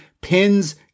pins